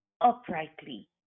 uprightly